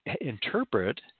interpret